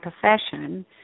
profession